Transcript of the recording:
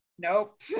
Nope